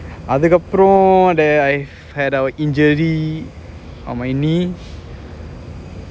அதுகப்பறோம்:athukapporoam I had a injury on my knee